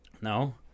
no